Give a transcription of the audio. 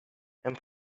and